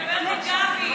אני מדברת עם דוד.